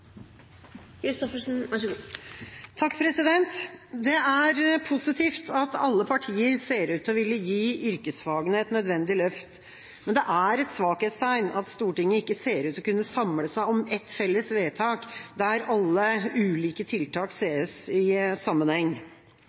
positivt at alle partier ser ut til å ville gi yrkesfagene et nødvendig løft, men det er et svakhetstegn at Stortinget ikke ser ut til å kunne samle seg om et felles vedtak der alle ulike tiltak ses i sammenheng.